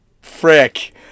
frick